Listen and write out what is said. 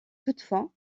toutefois